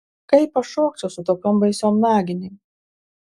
kaip aš šokčiau su tokiom baisiom naginėm